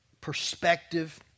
perspective